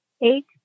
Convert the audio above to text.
eight